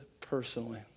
personally